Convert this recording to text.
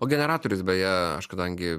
o generatorius beje aš kadangi